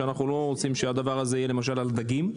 אנחנו לא רוצים שהדבר הזה יהיה למשל על דגים.